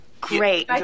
Great